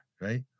right